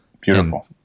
Beautiful